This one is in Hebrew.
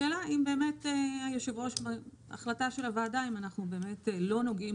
זו החלטה של היושב-ראש והוועדה האם אנחנו באמת לא נוגעים